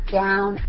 down